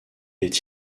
est